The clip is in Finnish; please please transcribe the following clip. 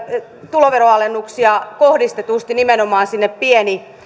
tuloveron alennuksia kohdistetusti nimenomaan sinne